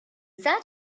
that